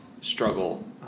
struggle